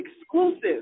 exclusive